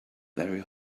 very